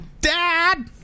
dad